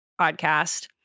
podcast